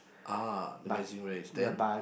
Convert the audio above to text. ah Amazing Race then